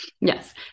Yes